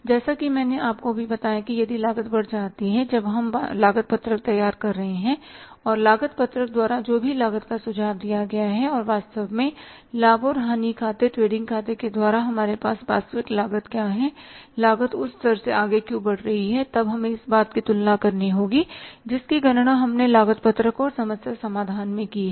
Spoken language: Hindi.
जैसा कि मैंने अभी आपको बताया है कि यदि लागत बढ़ जाती है जब हम लागत पत्रक तैयार कर रहे हैं और लागत पत्रक द्वारा जो भी लागत का सुझाव दिया गया है और वास्तव में लाभ और हानि खाते ट्रेडिंग खाते के द्वारा हमारे पास वास्तविक लागत क्या है लागत उस स्तर से आगे क्यों बढ़ रही है तब हमें इस बात की तुलना करनी होगी जिसकी गणना हमने लागत पत्रक और समस्या समाधान में की है